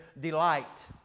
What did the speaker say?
delight